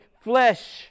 flesh